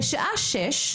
בשעה שש,